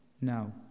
now